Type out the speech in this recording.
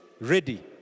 ready